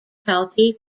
kalki